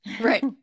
Right